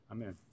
Amen